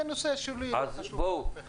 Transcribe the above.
לא, זה נושא שולי, לא חשוב לאף אחד.